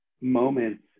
moments